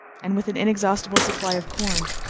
and with an inexhaustible supply of corn,